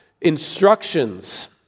instructions